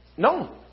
No